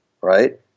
right